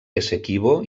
essequibo